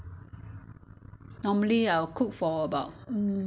他才会软要要煮要闷一个一个钟头 eh